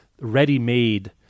ready-made